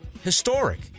historic